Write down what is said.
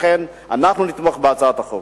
לכן אנחנו נתמוך בהצעת החוק.